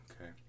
Okay